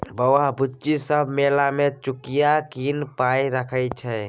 बौआ बुच्ची सब मेला मे चुकिया कीन पाइ रखै छै